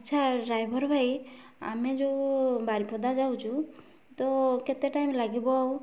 ଆଚ୍ଛା ଡ୍ରାଇଭର ଭାଇ ଆମେ ଯେଉଁ ବାରିପଦା ଯାଉଛୁ ତ କେତେ ଟାଇମ୍ ଲାଗିବ ଆଉ